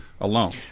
alone